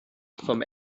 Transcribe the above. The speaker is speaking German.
vom